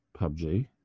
PUBG